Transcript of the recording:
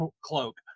cloak